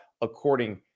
according